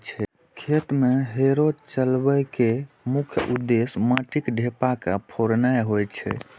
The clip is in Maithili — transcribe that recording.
खेत मे हैरो चलबै के मुख्य उद्देश्य माटिक ढेपा के फोड़नाय होइ छै